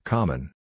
Common